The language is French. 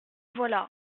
voilà